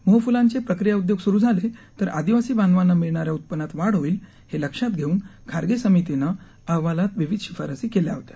मोहफुलांचे प्रक्रिया उद्योग सुरू झाले तर आदिवासी बांधवांना मिळणाऱ्या उत्पन्नात वाढ होईल हे लक्षात घेऊन खारगे समितीनं अहवालात विविध शिफारसी केल्या होत्या